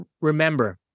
remember